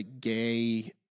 gay